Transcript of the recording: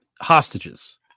hostages